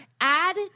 add